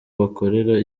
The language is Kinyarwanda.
bakorera